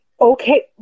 Okay